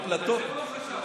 על זה הוא לא חשב.